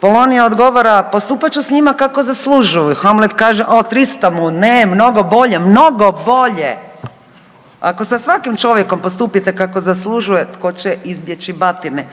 Polonije odgovara „Postupat ću s njima kako zaslužuju“, Hamlet kaže „O trista mu ne, mnogo bolje, mnogo bolje. Ako sa svakim čovjekom postupite kako zaslužuje, tko će izbjeći batine.